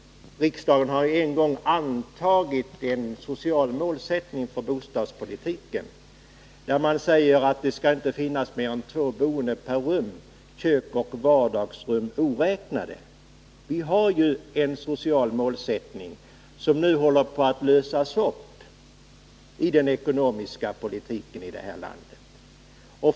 Riksdagen har ju en gång antagit en social målsättning för bostadspolitiken, där man säger att det inte skall finnas mer än två boende per rum, kök och vardagsrum oräknade. Vi har en social målsättning, som nu håller på att lösas upp i den ekonomiska politiken i det här landet.